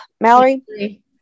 Mallory